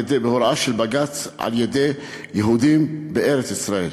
בהוראה של בג"ץ, על-ידי יהודים, בארץ-ישראל.